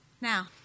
Now